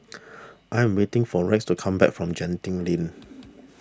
I am waiting for Rex to come back from Genting Link